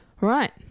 right